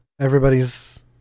everybody's